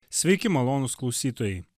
sveiki malonūs klausytojai